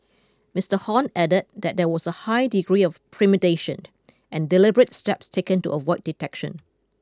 Mister Hon added that there was a high degree of premeditation and deliberate steps taken to avoid detection